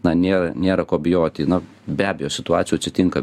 na nė nėra ko bijoti na be abejo situacijų atsitinka